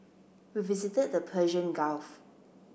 we visited the Persian Gulf